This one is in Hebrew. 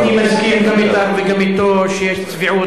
אני מסכים אתך וגם אתו שיש צביעות,